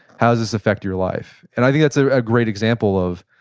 how does this affect your life? and i think that's ah a great example of